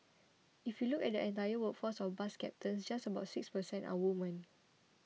if you look at the entire workforce of bus captains just about six per cent are women